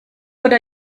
oder